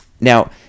Now